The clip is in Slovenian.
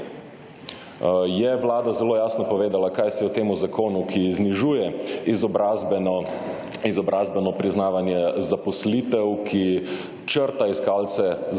Je Vlada zelo jasno povedala, kaj si o temu zakonu, ki znižuje izobrazbeno priznavanje zaposlitev, ki črta iskalce zaposlitev